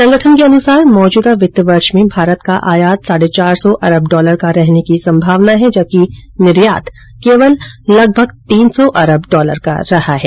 संगठन के अनुसार मौजूदा वित्त वर्ष में भारत का आयात साढ़े चार सौ अरब डॉलर का रहने की संभावना है जबकि निर्यात केवल लगभग तीन सौ अरब डॉलर का रहा है